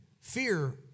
Fear